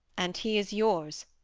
and he is yours,